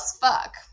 fuck